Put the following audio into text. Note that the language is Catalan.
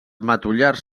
matollars